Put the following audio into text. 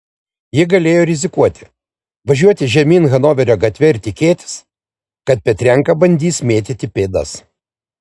jis galėjo rizikuoti važiuoti žemyn hanoverio gatve ir tikėtis kad petrenka bandys mėtyti pėdas